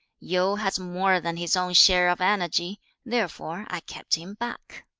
yu has more than his own share of energy therefore i kept him back